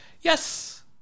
yes